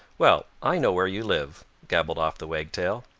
well! i know where you live, gabbled off the wagtail.